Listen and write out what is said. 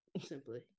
Simply